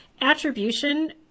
attribution